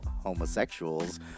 homosexuals